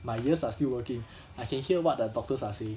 my ears are still working I can hear what the doctors are saying